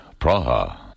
Praha